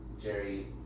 Jerry